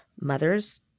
mothers